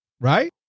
Right